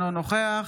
אינו נוכח